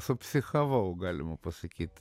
supsichavau galima pasakyt